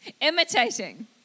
Imitating